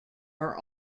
are